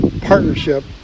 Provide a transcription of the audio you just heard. partnership